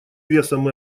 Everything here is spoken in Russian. весом